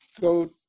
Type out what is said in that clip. go